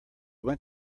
went